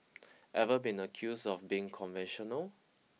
ever been accused of being conventional